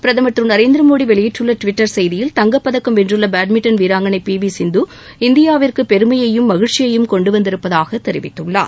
பிரதமர் திரு நரேந்திரமோடி வெளியிட்டுள்ள டுவிட்டர் செய்தியில் தங்கப் பதக்கம் வென்றுள்ள பேட்மிண்டன் வீராங்கனை பி வி சிந்து இந்தியாவிற்கு பெருமையையும் மகிழ்ச்சியையும் கொண்டு வந்திருப்பதாக தெரிவித்துள்ளார்